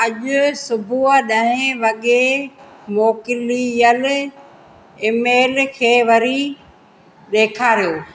कृपा अॼु सुबुह ॾहे वॻे मोकिलियल ईमेल खे वरी ॾेखारियो